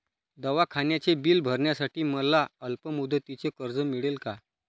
दवाखान्याचे बिल भरण्यासाठी मला अल्पमुदतीचे कर्ज मिळेल का?